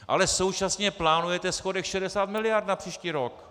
Ale současně plánujete schodek 60 mld. na příští rok.